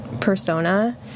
persona